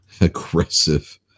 Aggressive